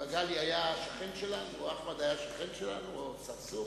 אם מגלי היה שכן שלנו או אחמד היה שכן שלנו או צרצור,